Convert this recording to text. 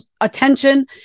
attention